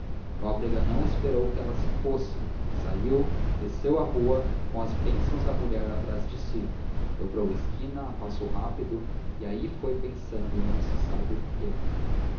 nóbrega não esperou que ela se fosse saiu desceu a rua com as bênçãos da mulher atrás de si dobrou a esquina a passo rápido e aí foi pensando não se sabe em quê